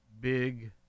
big